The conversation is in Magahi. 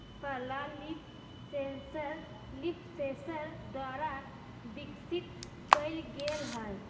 पहला लीफ सेंसर लीफसेंस द्वारा विकसित कइल गेलय हल